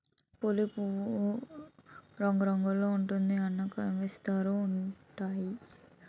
పులి పువ్వులు రంగురంగుల్లో ఉంటూ మనకనిపిస్తా ఉంటాయి